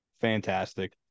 fantastic